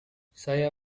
saya